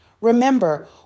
Remember